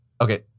okay